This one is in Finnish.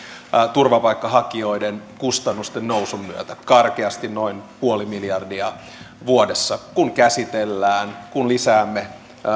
turvapaikanhakijoiden kustannusten nousun myötä karkeasti noin nolla pilkku viisi miljardia vuodessa kun käsitellään kun lisäämme